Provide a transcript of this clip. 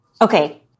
Okay